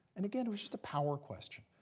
and again, it was just a power question.